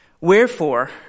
Wherefore